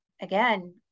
again